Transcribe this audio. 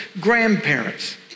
grandparents